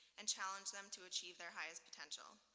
and challenge them to achieve their highest potential.